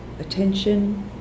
attention